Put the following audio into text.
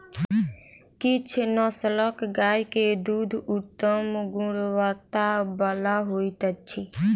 किछ नस्लक गाय के दूध उत्तम गुणवत्ता बला होइत अछि